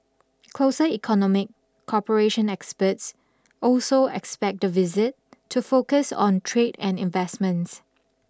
closer economic cooperation experts also expect the visit to focus on trade and investments